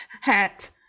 hat